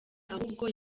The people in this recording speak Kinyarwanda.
ahubwo